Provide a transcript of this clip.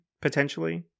potentially